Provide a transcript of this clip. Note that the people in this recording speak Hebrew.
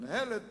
מנהלת